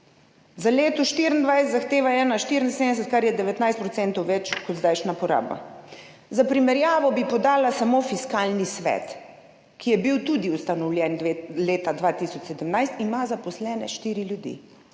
Za leto 2024 zahteva 1,74 milijon, kar je 19 % več, kot je zdajšnja poraba. Za primerjavo bi podala samo Fiskalni svet, ki je bil tudi ustanovljen leta 2017. Ima zaposlene 4 ljudi